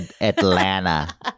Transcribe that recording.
Atlanta